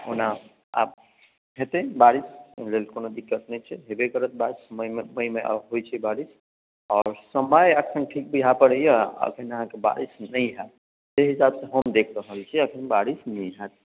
ओना आब होयतै बारिश ओहि लेल कोनो दिक्कत नहि छै होयबे करत बारिश मइ मे होइत छै बारिश आओर समय अखन ठीक बुझै पड़ैया आ अखन अहाँके बारिश नहि होयत जे हिसाब से हम देखि रहल छियै अखन बारिश नहि होयत